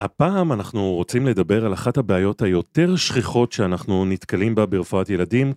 הפעם אנחנו רוצים לדבר על אחת הבעיות היותר שכיחות שאנחנו נתקלים בה ברפואת ילדים